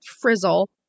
frizzle